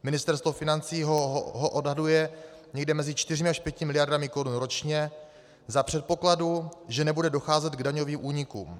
Ministerstvo financí ho odhaduje někde mezi 4 až 5 mld. korun ročně za předpokladu, že nebude docházet k daňovým únikům.